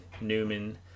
Newman